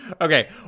Okay